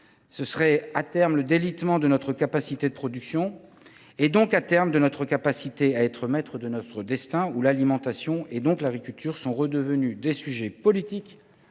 reviendrait à terme au délitement de notre capacité de production et, partant, de notre capacité à être maîtres de notre destin au moment où l’alimentation, et donc l’agriculture, sont redevenues des sujets politiques,